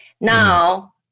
Now